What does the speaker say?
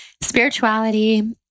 spirituality